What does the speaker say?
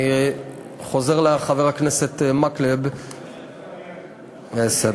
אני חוזר לחבר הכנסת מקלב, אדוני,